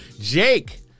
Jake